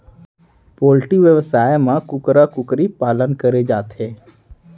poultry बेवसाय म कुकरा कुकरी पालन करे जाथे